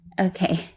Okay